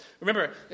remember